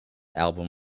album